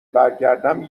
برگردم